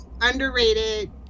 underrated